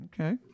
okay